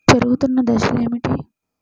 పెరుగుతున్న దశలు ఏమిటి?